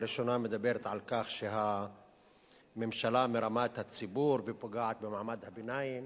הראשונה מדברת על כך שהממשלה מרמה את הציבור ופוגעת במעמד הביניים